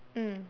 mm